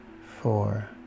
four